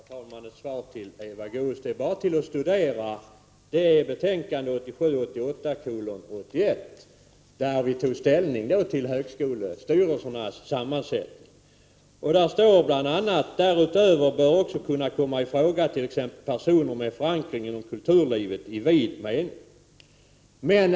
Herr talman! Helt kort ett svar till Eva Goös. Det är bara att studera utbildningsutskottets betänkande 1987/88:1 där utskottet tog ställning till högskolestyrelsernas sammansättning. Där står bl.a.: ”Därutöver bör också kunna komma ifråga t.ex. personer med förankring inom kulturlivet i vid mening.